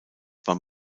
beim